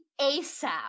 ASAP